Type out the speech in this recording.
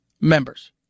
members